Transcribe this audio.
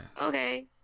Okay